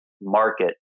market